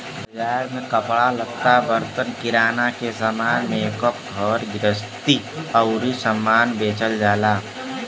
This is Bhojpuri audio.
बाजार में कपड़ा लत्ता, बर्तन, किराना के सामान, मेकअप, घर गृहस्ती आउर सामान बेचल जाला